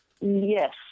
Yes